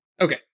Okay